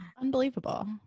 Unbelievable